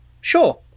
Sure